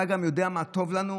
אתה יודע מה טוב לנו?